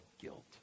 guilt